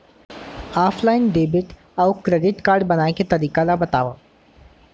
Offline debit अऊ credit card बनवाए के तरीका ल बतावव?